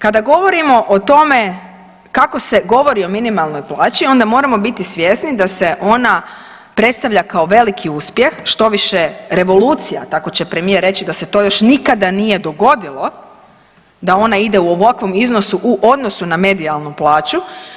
Kada govorimo o tome kako se govori o minimalnoj plaći onda moramo biti svjesni da se ona predstavlja kao veliki uspjeh, štoviše revolucija tako će premijer reći da se to još nikada nije dogodilo da ona idu u ovakvom iznosu u odnosu na medijalnu plaću.